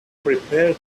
prepared